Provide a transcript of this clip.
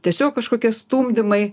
tiesiog kažkokie stumdymai